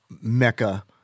mecca –